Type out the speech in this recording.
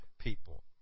people